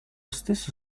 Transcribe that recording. stesso